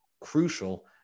crucial